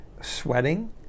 sweating